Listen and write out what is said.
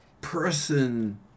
person